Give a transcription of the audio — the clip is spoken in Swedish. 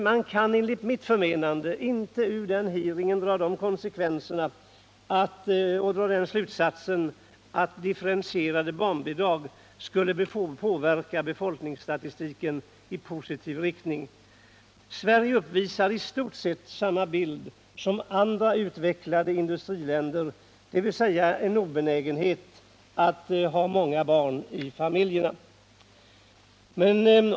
Man kan, enligt mitt förmenande, inte av den hearingen dra slutsatsen att ett differentierat barnbidrag skulle påverka befolkningsstatistiken i positiv riktning. Sverige uppvisar i stort sett samma bild som andra utvecklade industriländer, dvs. en obenägenhet att ha många barn i familjerna.